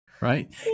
right